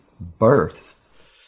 birth